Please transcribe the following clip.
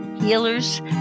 healers